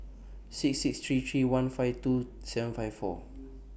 six six three three one five two seven five four